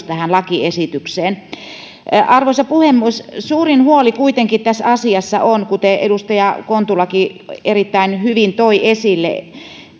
tähän lakiesitykseen arvoisa puhemies suurin huoli kuitenkin tässä asiassa on kuten edustaja kontulakin erittäin hyvin toi esille